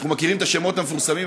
אנחנו מכירים את השמות המפורסמים,